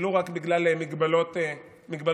ולו רק בגלל מגבלות הז'אנר.